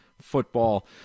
football